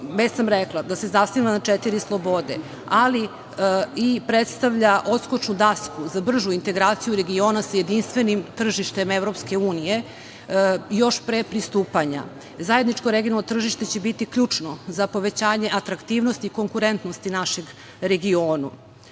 da se zasniva na četiri slobode, ali predstavlja i odskočnu dasku za bržu integraciju regiona sa jedinstvenim tržištem Evropske unije, još pre pristupanja. Zajedničko regionalno tržište će biti ključno za povećanje atraktivnosti i konkurentnosti našeg regiona. Kada